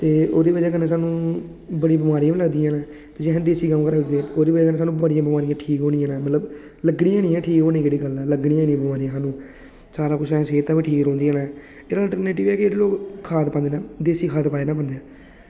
एह् ओह्दी बजह कन्नै सानूं बड़ी बमारियां लगदियां न जे असें देसी कम्म चलाया ते साढ़ियां बड़ियां बमारियां दूर होनियां न लगनियां निं हैन ठीक होने दी केह् गल्ल ऐ सारा कुछ ऐहीं सेह्तां बी ठीक रौहंदियां न एह्दा अल्टरनेटिव एह् ऐ की खाद पाना देसी खाद पाई ओड़ना बंदे